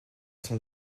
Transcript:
son